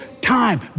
time